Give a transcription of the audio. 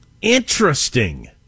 Interesting